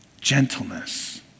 gentleness